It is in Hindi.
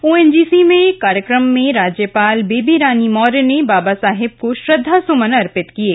ओएनजीसी में एक कार्यक्रम में राज्यपाल बेबीरानी मौर्य ने बाबा साहेब को श्रद्धासुमन अर्पित किये